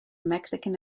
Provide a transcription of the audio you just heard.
mexican